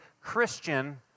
Christian